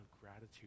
gratitude